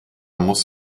muss